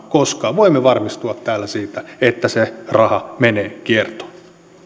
koska voimme varmistua tällä siitä että se raha menee kiertoon